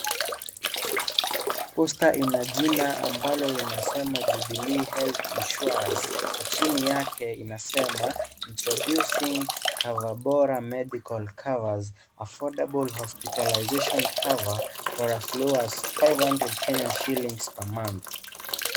Posta ina jina ambalo linasema Jubilee Health Insuarance na chini yake inasema introducing cover bora medical covers, affordable hospitalisation cover for as low as 500 shilings per month .